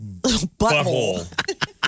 butthole